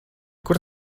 kur